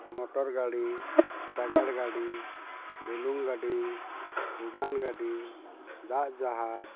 motor ᱜᱟᱹᱰᱤ ᱥᱟᱜᱟᱲ ᱜᱟᱹᱰᱤ ᱰᱩᱞᱩᱝ ᱜᱟᱹᱰᱤ ᱩᱰᱟᱹᱱ ᱜᱟᱹᱰᱤ ᱫᱟᱜ ᱡᱟᱦᱟᱡᱽ